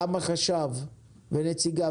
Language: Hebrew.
החשב ונציגיו,